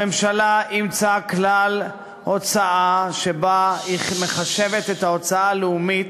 הממשלה אימצה כלל הוצאה שבו היא מחשבת את ההוצאה הלאומית